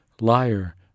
liar